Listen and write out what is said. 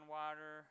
water